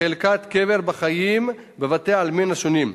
חלקת קבר בחיים בבתי-העלמין השונים.